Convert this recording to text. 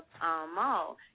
Mall